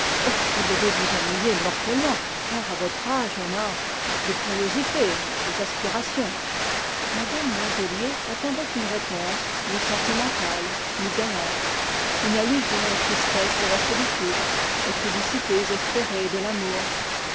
vous devez vous ennuyer mortellement car à votre âge on a des aspirations mme loiselier attendait une réponse mi sentimentale mi galante une allusion aux tristesses de la solitude aux félicités espérées de l'amour